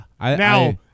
Now